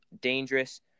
dangerous